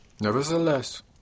Nevertheless